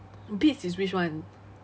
beats is which one